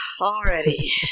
Already